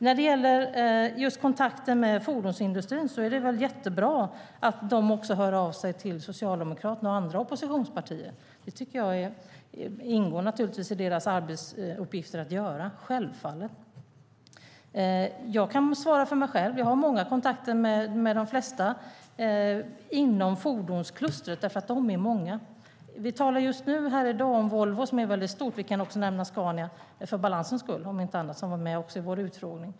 När det gäller kontakter med fordonsindustrin är det mycket bra att man därifrån också hör av sig till Socialdemokraterna och andra oppositionspartier. Det ingår naturligtvis i deras arbetsuppgifter att göra. Självfallet är det så. Jag kan svara för mig själv. Jag har många kontakter med de flesta inom fordonsklustret eftersom de är många. Vi talar i dag om Volvo som är mycket stort. Vi kan också nämna Scania för balansens skull, om inte annat, som deltog i vår utfrågning.